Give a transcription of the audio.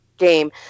game